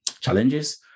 challenges